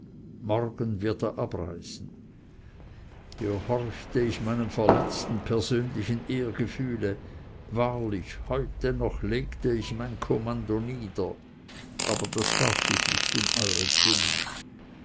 morgen wird er abreisen gehorchte ich meinem verletzten persönlichen ehrgefühle wahrlich heute noch legte ich mein kommando nieder aber das darf ich nicht um euretwillen